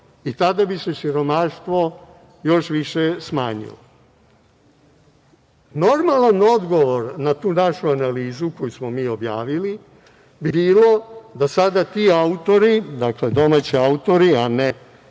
i tada bi se siromaštvo još više smanjilo. Normalan odgovor na tu našu analizu, koju smo mi objavili, bi bilo da sada ti autori, dakle domaći autori, a ne